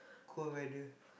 cold weather